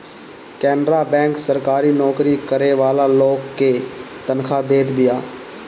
Canara Bank सरकारी नोकरी करे वाला लोग के तनखा देत बिया